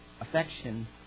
affection